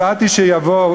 הצעתי שיבוא,